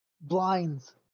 Blinds